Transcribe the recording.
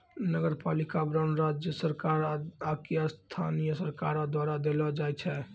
नगरपालिका बांड राज्य सरकार आकि स्थानीय सरकारो द्वारा देलो जाय छै